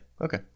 Okay